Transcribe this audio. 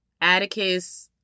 Atticus